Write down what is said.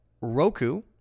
roku